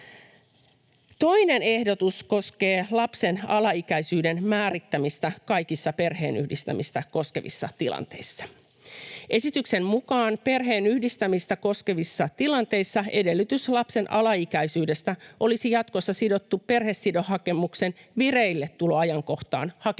Toinen ehdotus koskee lapsen alaikäisyyden määrittämistä kaikissa perheenyhdistämistä koskevissa tilanteissa. Esityksen mukaan perheenyhdistämistä koskevissa tilanteissa edellytys lapsen alaikäisyydestä olisi jatkossa sidottu perhesidehakemuksen vireilletuloajankohtaan hakemuksen